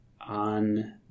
on